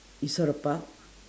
you saw the park